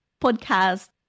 podcast